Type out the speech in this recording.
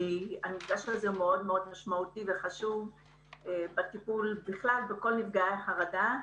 כי הוא מאוד משמעותי וחשוב בטיפול בכל נפגעי החרדה.